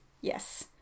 yes